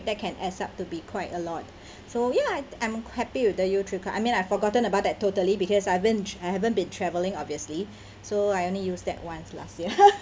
that can adds up to be quite a lot so ya I'm happy with the youtrip card I mean I forgotten about that totally because I haven't I haven't been travelling obviously so I only use that once last year